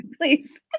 please